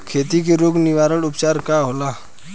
खेती के रोग निवारण उपचार का होला?